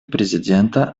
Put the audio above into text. президента